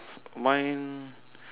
mine